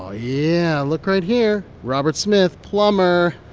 ah yeah, look right here robert smith, plumber,